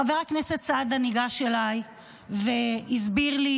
חבר הכנסת סעדה ניגש אליי והסביר לי